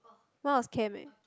mine was chem eh